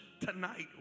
tonight